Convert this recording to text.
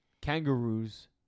Kangaroos